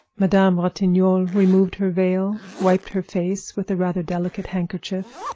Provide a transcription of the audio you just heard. madame ratignolle removed her veil, wiped her face with a rather delicate handkerchief,